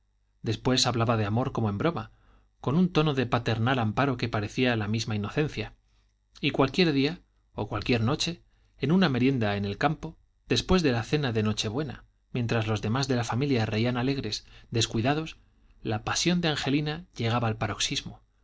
después hablaba de amor como en broma con un tono de paternal amparo que parecía la misma inocencia y cualquier día o cualquiera noche en una merienda en el campo después de la cena de noche-buena mientras los demás de la familia reían alegres descuidados la pasión de angelina llegaba al paroxismo